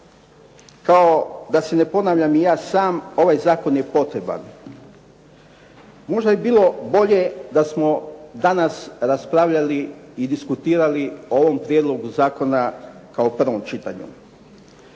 kao da se ne ponavljam i ja sam, ovaj zakon je potreban. Možda bi bilo bolje da smo danas raspravljali i diskutirali o ovom prijedlogu zakona kao prvom čitanju.